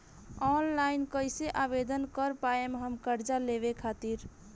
Online कइसे आवेदन कर पाएम हम कर्जा लेवे खातिर?